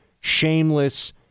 shameless